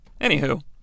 Anywho